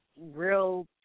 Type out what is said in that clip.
real